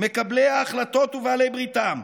מקבלי ההחלטות ובעלי בריתם,